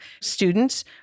students